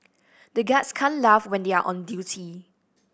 the guards can't laugh when they are on duty